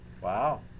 Wow